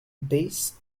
bass